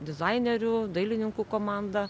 dizainerių dailininkų komandą